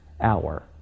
hour